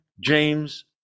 James